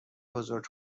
بزرگ